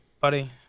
buddy